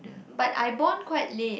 but I born quite late